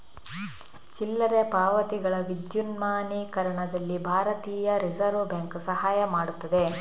ಚಿಲ್ಲರೆ ಪಾವತಿಗಳ ವಿದ್ಯುನ್ಮಾನೀಕರಣದಲ್ಲಿ ಭಾರತೀಯ ರಿಸರ್ವ್ ಬ್ಯಾಂಕ್ ಸಹಾಯ ಮಾಡುತ್ತದೆ